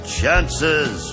chances